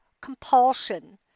compulsion